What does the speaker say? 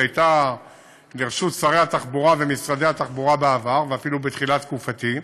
שהייתה לרשות שרי התחבורה ומשרדי התחבורה בעבר ואפילו בתחילת תקופתי,